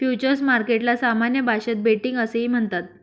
futures मार्केटला सामान्य भाषेत बेटिंग असेही म्हणतात